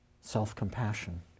self-compassion